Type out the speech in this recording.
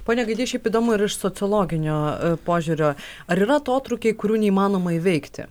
pone gaidy šiaip įdomu ir iš sociologinio požiūrio ar yra atotrūkiai kurių neįmanoma įveikti